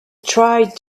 tried